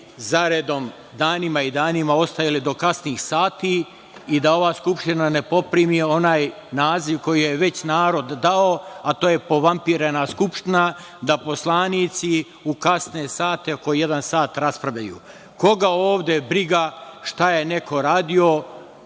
zaredom danima i danima ostajali do kasnih sati i da ova Skupština ne poprimi onaj naziv koji je već narod dao, a to je povampirena Skupština, da poslanici u kasne sate, oko jedan sat raspravljaju. Koga ovde briga šta je neko radio